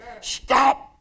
Stop